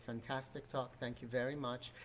fantastic talk. thank you very much.